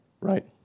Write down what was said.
right